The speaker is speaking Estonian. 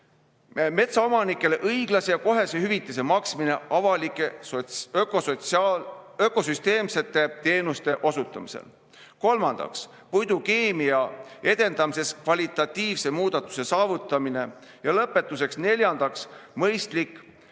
metsaomanikele õiglase ja kohese hüvitise maksmine avalike ökosüsteemsete teenuste osutamisel. Kolmandaks, puidukeemia edendamises kvalitatiivse muudatuse saavutamine. Ja lõpetuseks, neljandaks, mõistlik